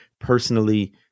personally